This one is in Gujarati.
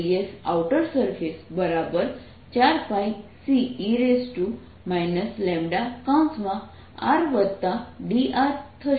ds|outer surface4πCe λRdRથશે